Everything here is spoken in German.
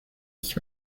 ich